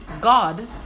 God